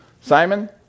Simon